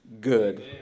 good